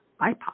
BIPOC